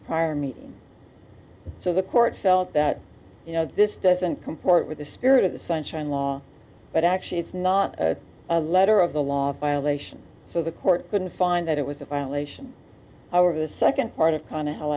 prior meeting so the court felt that you know this doesn't comport with the spirit of the sunshine law but actually it's not a letter of the law violation so the court couldn't find that it was a violation of the second part of qana how